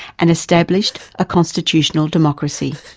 and established a constitutional democracy.